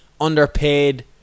underpaid